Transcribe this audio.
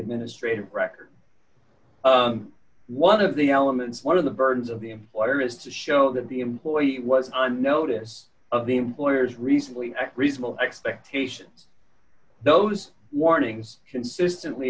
administrative record one of the elements one of the burdens of the employer is to show that the employee was on notice of the employer's recently reasonable expectation those warnings consistently